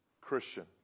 Christian